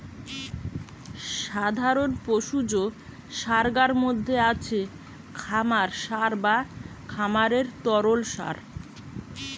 সাধারণ পশুজ সারগার মধ্যে আছে খামার সার বা খামারের তরল সার